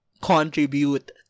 contribute